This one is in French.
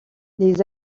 les